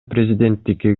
президенттикке